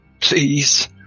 please